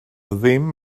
ddim